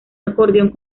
acordeón